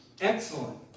excellent